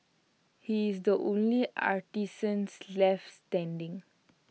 he is the only artisans left standing